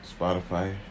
Spotify